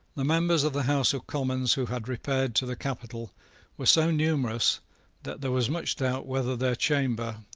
the members of the house of commons who had repaired to the capital were so numerous that there was much doubt whether their chamber,